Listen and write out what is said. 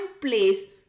place